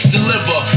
Deliver